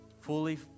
Fully